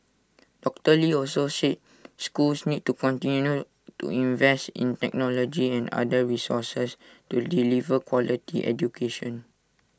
doctor lee also said schools need to continue to invest in technology and other resources to deliver quality education